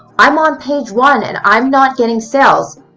i am on page one and i am not getting sales.